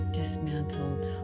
dismantled